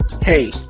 Hey